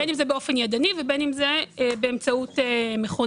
בין אם ידנית ובין אם באמצעות מכונה.